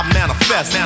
manifest